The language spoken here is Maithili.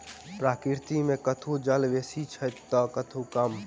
प्रकृति मे कतहु जल बेसी अछि त कतहु कम